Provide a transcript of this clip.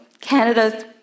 Canada's